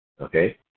Okay